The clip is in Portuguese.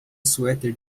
suéter